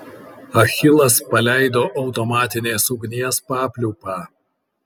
achilas paleido automatinės ugnies papliūpą